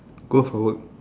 go for work